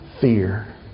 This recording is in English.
fear